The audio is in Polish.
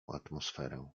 atmosferę